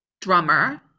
drummer